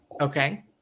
Okay